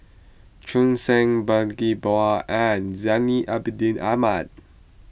Cheong Koon Seng Bani Buang and Zainal Abidin Ahmad